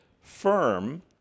firm